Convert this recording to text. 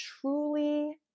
truly